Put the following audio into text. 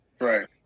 Right